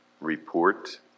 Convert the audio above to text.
report